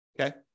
Okay